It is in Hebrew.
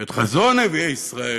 ואת חזון נביאי ישראל,